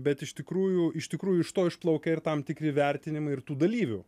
bet iš tikrųjų iš tikrųjų iš to išplaukia ir tam tikri vertinimai ir tų dalyvių